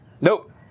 nope